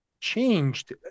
changed